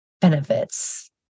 benefits